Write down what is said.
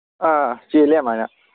ꯑꯥ ꯆꯦꯜꯂꯦ ꯑꯗꯨꯃꯥꯏꯅ